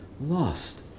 lost